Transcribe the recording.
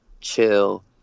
chill